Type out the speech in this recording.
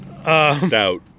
Stout